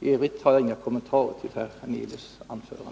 I övrigt har jag inga kommentarer till Allan Hernelius anförande.